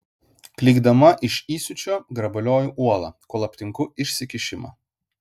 klykdama iš įsiūčio grabalioju uolą kol aptinku išsikišimą